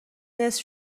نصف